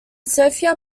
sofia